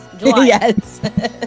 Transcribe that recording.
Yes